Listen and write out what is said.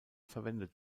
verwendet